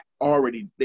already